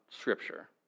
Scripture